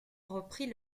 reprit